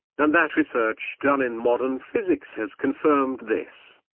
and that research done in modern physics has confirmed this.